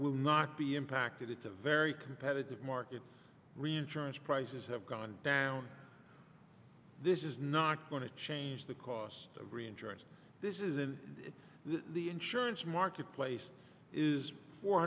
will not be impacted it's a very competitive market reinsurance prices have gone down this is not going to change the cost of reinsurance this is in the insurance marketplace is four